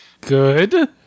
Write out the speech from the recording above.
Good